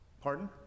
Pardon